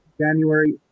January